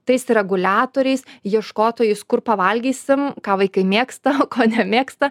tais reguliatoriais ieškotojus kur pavalgysim ką vaikai mėgsta ko nemėgsta